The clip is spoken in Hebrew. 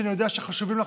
שאני יודע שחשובים לך,